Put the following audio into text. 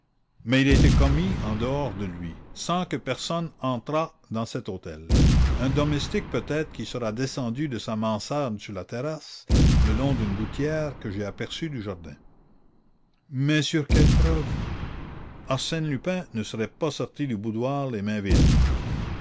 mais il a été commis en dehors de lui sans que personne n'entre dans cet hôtel un domestique peut-être qui sera descendu de sa mansarde sur la terrasse le long d'une gouttière que j'ai aperçue du jardin mais sur quelles preuves arsène lupin ne serait pas sorti du boudoir les mains vides